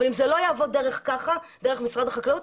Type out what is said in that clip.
אבל אם זה לא יעבור דרך משרד החקלאות,